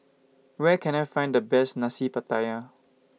Where Can I Find The Best Nasi Pattaya